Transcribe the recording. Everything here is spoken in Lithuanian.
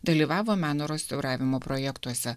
dalyvavo meno restauravimo projektuose